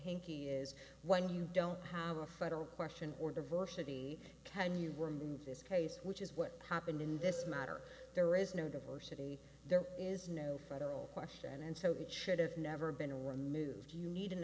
hinky is when you don't have a federal question or diversity can you were moved this case which is what happened in this matter there is no diversity there is no federal question and so it should have never been removed you need an